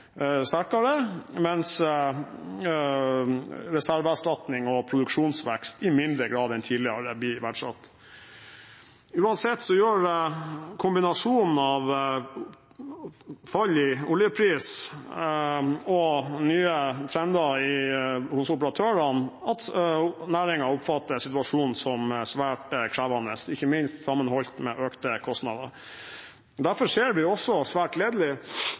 sterkere, mens reserveerstatning og produksjonsvekst i mindre grad enn tidligere blir verdsatt. Uansett gjør kombinasjonen av fall i oljepris og nye trender hos operatørene at næringen oppfatter situasjonen som svært krevende, ikke minst sammenholdt med økte kostnader. Derfor ser vi også – og det er svært gledelig